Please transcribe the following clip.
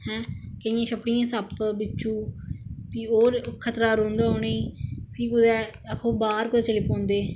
हैं केंइयें छपड़ियै च सप्प बिच्छो फ्ही और खतरां रौंहदा उनेंगी फ्ही कुतै आक्खो बाहर कुतै चली पौंदे